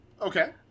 Okay